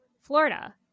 Florida